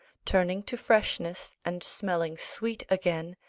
turning to freshness, and smelling sweet again,